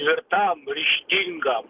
tvirtam ryžtingam